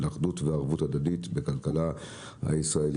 של אחדות וערבות הדדית בכלכלה הישראלית.